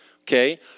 okay